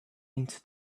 into